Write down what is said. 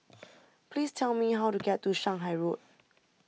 please tell me how to get to Shanghai Road